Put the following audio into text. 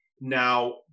Now